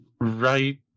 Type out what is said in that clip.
Right